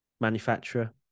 manufacturer